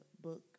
book